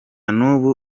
n’ubu